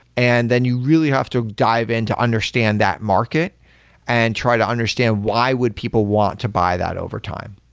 and then you really have to dive in to understand that market and try to understand why would people want to buy that overtime.